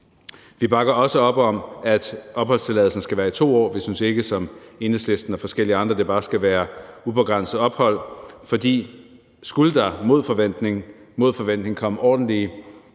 Vi bakker også op om, at opholdstilladelsen skal være i 2 år. Vi synes ikke som Enhedslisten og forskellige andre, at det bare skal være et ubegrænset ophold. For skulle der mod forventning komme ordentlige